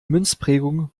münzprägung